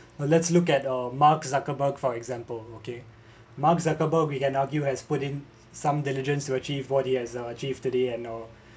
let's look at a mark zuckerberg for example okay mark zuckerberg we can argue has put in some diligence to achieve what he has achieved today and uh